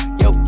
yo